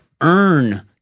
earn